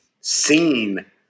seen